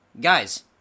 guys